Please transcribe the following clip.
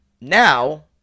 now